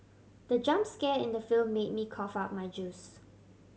the jump scare in the film made me cough out my juice